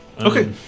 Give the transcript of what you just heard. Okay